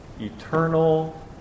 eternal